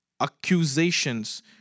accusations